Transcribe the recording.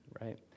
right